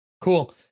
Cool